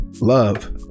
love